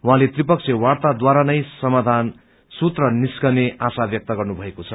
उहाँले त्रिपक्षीय वार्ताद्वारानै समाधान सूत्र निस्किने आशा व्यक्त गर्नुभएको छ